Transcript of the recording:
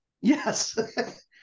yes